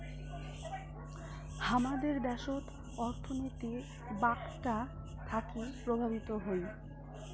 হামাদের দ্যাশোত অর্থনীতি বাঁকটা থাকি প্রভাবিত হই